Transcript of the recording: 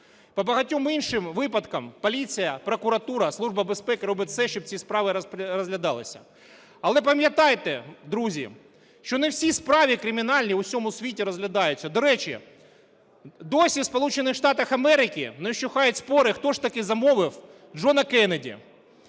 По багатьом іншим випадками поліція, прокуратура, Служба безпеки робить все, щоб ці справи розглядалися. Але пам'ятайте, друзі, що не всі справи кримінальні у всьому світі розглядаються. До речі, досі в Сполучених Штатах Америки не вщухають спори, хто ж таки замовив Джона Кеннеді.